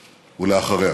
ולאחריה.